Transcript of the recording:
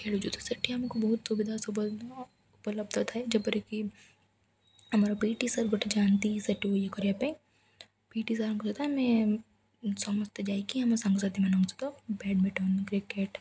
ଖେଳୁଛୁ ତ ସେଠି ଆମକୁ ବହୁତ ସୁବିଧା ଉପଲବ୍ଧ ଥାଏ ଯେପରିକି ଆମର ପିଇଟି ସାର୍ ଗୋଟେ ଯାଆନ୍ତି ସେଠୁ ଇଏ କରିବା ପାଇଁ ପିଇଟି ସାର୍ଙ୍କ ସହିତ ଆମେ ସମସ୍ତେ ଯାଇକି ଆମ ସାଙ୍ଗ ସାଥିମାନଙ୍କ ସହିତ ବ୍ୟାଡ଼ମିନ୍ଟନ୍ କ୍ରିକେଟ୍